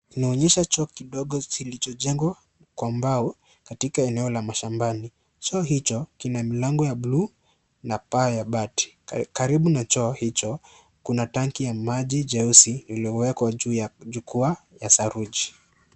Inaonyesha choo kidogo kilichojengwa kwa mbao katika eneo la mashambani, choo hicho kina mlango ya bulu na paa ya bati, karibu na choo hicho kuna tanki ya maji jeusi iliyoekwa juu ya jukwaa ya saruji.